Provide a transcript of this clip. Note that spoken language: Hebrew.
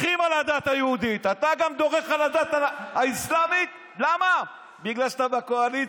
מלמטה, הוא גם לא מחזיר את ה-4 מיליון שקל.